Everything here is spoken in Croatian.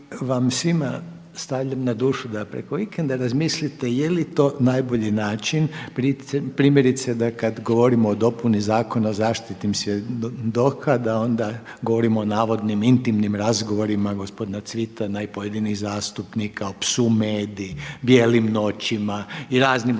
vam svima stavljam na dušu da preko vikenda razmislite jeli to najbolji način, primjerice da kada govorimo o dopuni Zakona o zaštiti svjedoka da onda govorimo o navodnim intimnim razgovorima gospodina Cvitana i pojedinih zastupnika, o psu Medi, Bijelim noćima i raznim ostalim